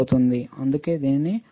అందుకే దానిని 1fనాయిస్ అంటారు